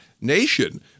Nation